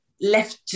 left